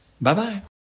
Bye-bye